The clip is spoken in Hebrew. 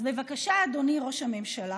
אז בבקשה, אדוני ראש הממשלה: